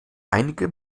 einige